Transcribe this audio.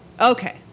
Okay